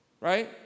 right